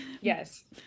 Yes